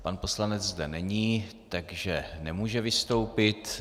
Pan poslanec zde není, takže nemůže vystoupit.